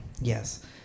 Yes